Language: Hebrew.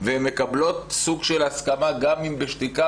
והן מקבלות סוג של הסכמה גם אם בשתיקה